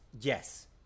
yes